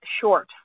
short